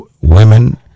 women